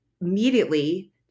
immediately